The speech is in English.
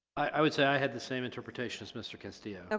i would say i had the same interpretation as mr castillo